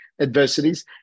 adversities